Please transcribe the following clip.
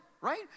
right